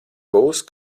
būs